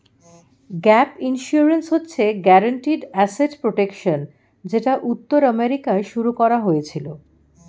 gap insurance হচ্ছে guaranteed asset protection যেটা উত্তর আমেরিকায় শুরু করা হয়েছিল